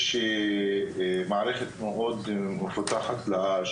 כאשר מפורטים שם מקרים שבהם יש